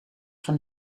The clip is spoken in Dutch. van